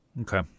okay